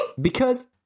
Because-